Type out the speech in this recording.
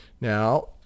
Now